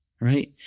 right